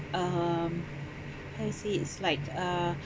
um how you say it's like uh